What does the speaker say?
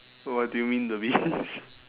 what do you mean the bees